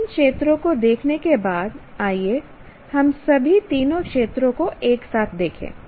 तीन क्षेत्रों को देखने के बाद आइए हम सभी तीनों क्षेत्रों को एक साथ देखें